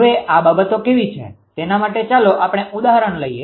હવે આ બાબતો કેવી છે તેના માટે ચાલો આપણે ઉદાહરણ લઈએ